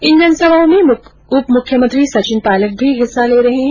इन जनसभाओं में उप मुख्यमंत्री सचिन पायलट भी हिस्सा ले रहे है